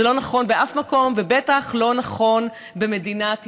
זה לא נכון באף מקום ובטח לא נכון במדינת ישראל.